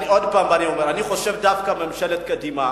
אני עוד פעם אומר: דווקא ממשלת קדימה,